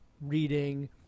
reading